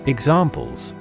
Examples